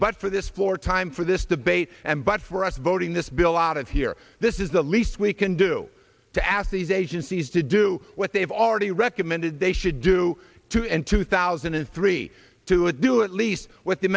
but for this floor time for this debate and but for us voting this bill out of here this is the least we can do to ask these agencies to do what they've already recommended they should do to end two thousand and three to a do at least with the